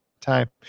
time